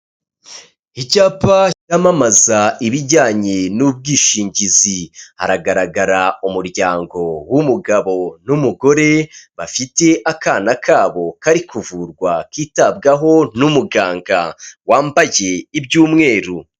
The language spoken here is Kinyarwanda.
Icyapa cyamamaza ibijyanye n'ubwishingizi hagaragara umuryango w'umugabo n'umugore bafite akana kabo kari kuvurwa kitabwaho n'umuganga wambaye iby'umweru.